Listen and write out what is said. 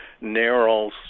narrow